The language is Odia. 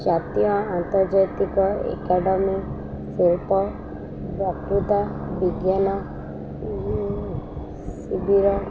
ଜାତୀୟ ଆନ୍ତର୍ଜାତିକ ଏକାଡ଼େମୀ ଶିଳ୍ପ ପ୍ରାକୃତ ବିଜ୍ଞାନ ଶିବିର